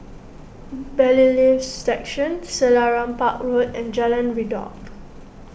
Bailiffs' Section Selarang Park Road and Jalan Redop